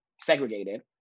segregated